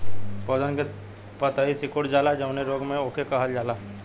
पौधन के पतयी सीकुड़ जाला जवने रोग में वोके का कहल जाला?